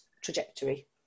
trajectory